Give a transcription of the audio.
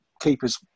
keepers